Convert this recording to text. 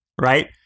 right